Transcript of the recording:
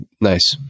Nice